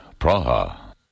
Praha